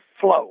flow